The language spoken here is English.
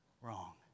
wrong